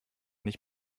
nicht